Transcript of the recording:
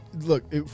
look